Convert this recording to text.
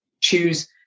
choose